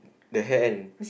the hand